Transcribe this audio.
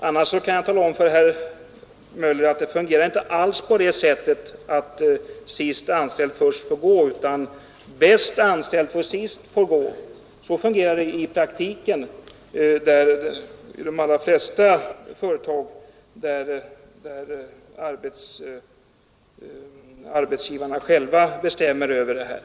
Annars kan jag tala om för herr Möller att det fungerar inte alls på det sättet att sist anställd först får gå, utan det är så att bäst anställd sist får gå. Så fungerar det i praktiken i de allra flesta företag, där arbetsgivarna själva bestämmer över detta.